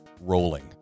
Rolling